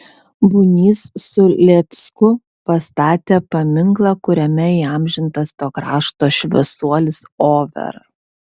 bunys su lėcku pastatė paminklą kuriame įamžintas to krašto šviesuolis overa